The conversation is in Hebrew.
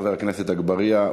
חבר הכנסת אגבאריה,